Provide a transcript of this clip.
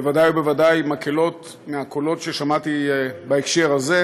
בוודאי ובוודאי מקהלות מהקולות ששמעתי בהקשר הזה,